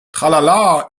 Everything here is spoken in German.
tralala